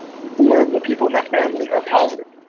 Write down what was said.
four of the people in that family are positive.